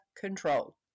control